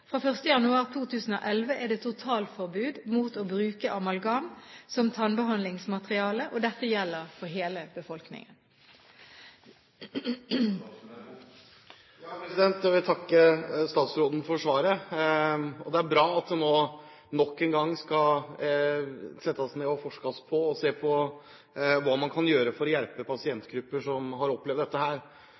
Fra 1. januar 2011 er det totalforbud mot å bruke amalgam som tannbehandlingsmateriale. Dette gjelder for hele befolkningen. Jeg vil takke statsråden for svaret. Det er bra at det nå nok en gang skal settes ned en gruppe, og at man skal forske og se på hva man kan gjøre for å hjelpe pasientgrupper som har opplevd dette.